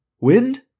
Wind